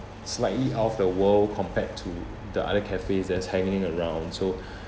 slightly out of the world compared to the other cafes that's hanging around so